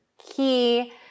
key